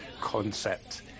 concept